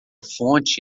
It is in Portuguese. fonte